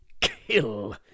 kill